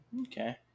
Okay